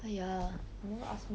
!aiya! never ask me